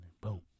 Boom